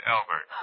Albert